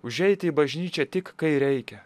užeiti į bažnyčią tik kai reikia